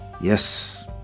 yes